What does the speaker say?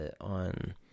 on